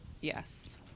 Yes